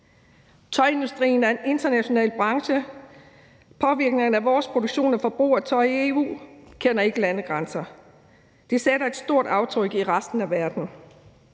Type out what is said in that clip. Tøjindustrien er en international branche. Påvirkningen fra vores produktion og forbrug af tøj i EU kender ikke landegrænser. Det sætter et stort aftryk i resten af verden.